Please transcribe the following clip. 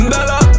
Bella